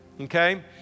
okay